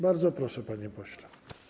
Bardzo proszę, panie pośle.